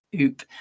Oop